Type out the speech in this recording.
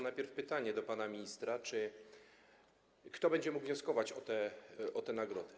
Najpierw pytanie do pana ministra: Kto będzie mógł wnioskować o te nagrody?